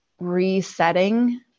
resetting